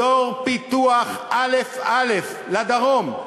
אזור פיתוח א"א לדרום,